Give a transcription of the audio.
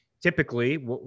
typically